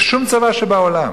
בשום צבא שבעולם,